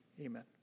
amen